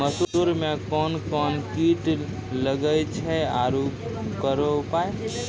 मसूर मे कोन कोन कीट लागेय छैय आरु उकरो उपाय?